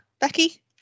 Becky